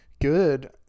good